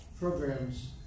programs